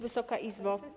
Wysoka Izbo!